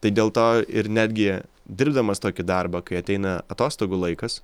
tai dėl to ir netgi dirbdamas tokį darbą kai ateina atostogų laikas